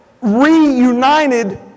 reunited